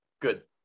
good